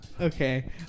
Okay